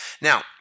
Now